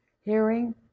Hearing